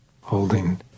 holding